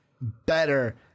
better